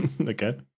Okay